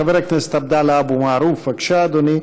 חבר הכנסת עבדאללה אבו מערוף, בבקשה, אדוני.